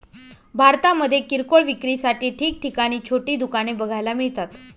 भारतामध्ये किरकोळ विक्रीसाठी ठिकठिकाणी छोटी दुकाने बघायला मिळतात